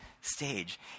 stage